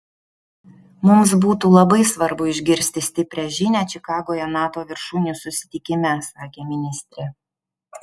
mums būtų labai svarbu išgirsti stiprią žinią čikagoje nato viršūnių susitikime sakė ministrė